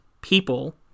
people